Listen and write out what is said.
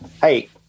Hey